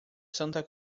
santa